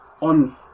on